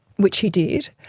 which he did.